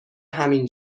همین